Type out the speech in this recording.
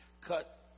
cut